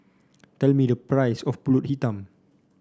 tell me the price of pulut hitam